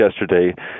yesterday